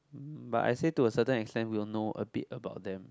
but I say to a certain extent we'll know a bit about them